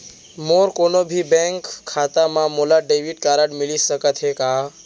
मोर कोनो भी बैंक खाता मा मोला डेबिट कारड मिलिस सकत हे का?